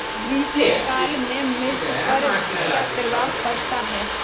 ग्रीष्म काल में मिर्च पर क्या प्रभाव पड़ता है?